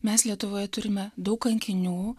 mes lietuvoje turime daug kankinių